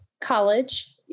college